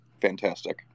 fantastic